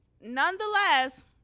nonetheless